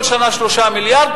כל שנה 3 מיליארד,